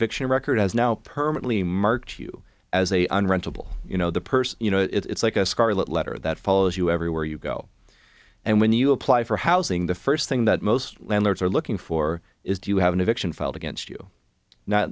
victim record has now permanently marked you as a rental you know the person you know it's like a scarlet letter that follows you everywhere you go and when you apply for housing the first thing that most landlords are looking for is do you have an eviction filed against you now